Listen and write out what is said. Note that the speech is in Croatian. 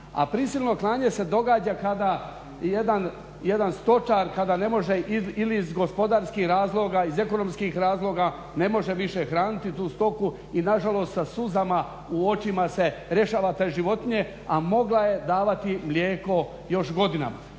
a prisilno klanje se događa kada jedan stočar kada ne može ili iz gospodarskih razloga, ekonomskih razloga ne može više hraniti tu stoku i nažalost sa suzama u očima se rješava te životinje, a mogla je davati mlijeko još godinama.